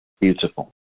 Beautiful